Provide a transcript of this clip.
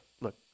look